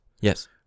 yes